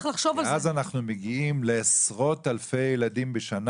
כי אז אנחנו מגיעים לעשרות אלפי ילדים בשנה